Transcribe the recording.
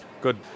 good